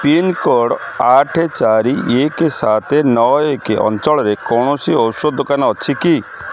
pincode ଆଠ ସାତ ଚାରି ଏକ ସାତ ନଅ ଏକ ଅଞ୍ଚଳରେ କୌଣସି ଔଷଧ ଦୋକାନ ଅଛି କି